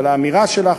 ועל האמירה שלך,